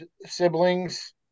siblings